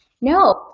No